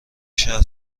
شهر